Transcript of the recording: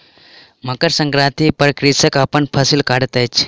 मकर संक्रांति पर कृषक अपन फसिल कटैत अछि